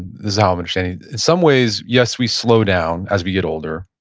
this is how i'm understanding. in some ways, yes, we slow down as we get older,